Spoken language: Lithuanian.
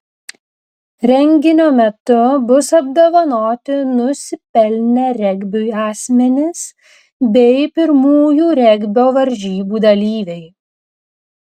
renginio metu bus apdovanoti nusipelnę regbiui asmenys bei pirmųjų regbio varžybų dalyviai